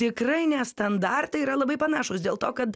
tikrai ne standartai yra labai panašūs dėl to kad